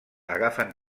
agafen